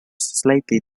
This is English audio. slightly